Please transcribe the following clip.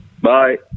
Bye